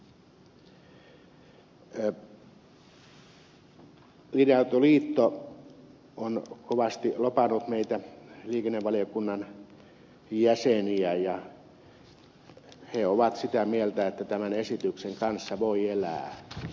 linja autoliitto on kovasti lobannut meitä liikennevaliokunnan jäseniä ja he ovat sitä mieltä että tämän esityksen kanssa voi elää